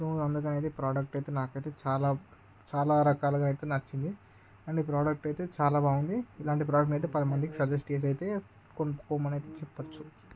so అందుకని అయితే ఈ ప్రోడక్ట్ అయితే నాకు అయితే చాలా చాలా రకాలుగా అయితే నచ్చింది అండ్ ఈ ప్రోడక్ట్ అయితే చాలా బాగుంది ఇలాంటి ప్రోడక్ట్ నైతే పది మందికి సజెస్ట్ చేసి అయితే కొనుకోమని ఐతే చెప్పచ్చు